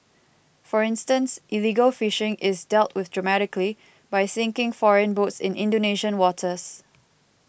for instance illegal fishing is dealt with dramatically by sinking foreign boats in Indonesian waters